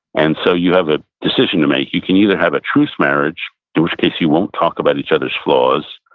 and so you have a decision to make. you can either have a truce marriage, in which case you won't talk about each other's flaws,